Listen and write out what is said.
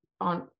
on